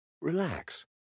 Relax